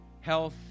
health